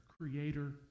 creator